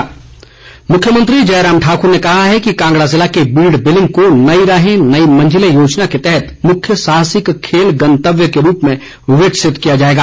मुख्यमंत्री मुख्यमंत्री जयराम ठाक्र ने कहा कि कांगड़ा जिले के बीड़ बिलिंग को नई राहें नई मंजिलें योजना के तहत मुख्य साहसिक खेल गंतव्य के रूप में विकसित किया जाएगा